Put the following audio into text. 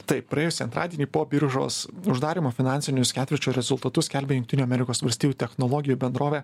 taip praėjusį antradienį po biržos uždarymo finansinius ketvirčio rezultatus skelbia jungtinių amerikos valstijų technologijų bendrovė